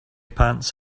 pants